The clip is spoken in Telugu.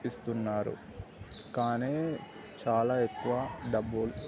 ఇస్తున్నారు కాని చాలా ఎక్కువ డబ్బు